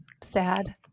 Sad